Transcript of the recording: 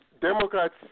Democrats